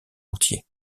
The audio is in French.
entier